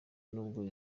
n’ubwo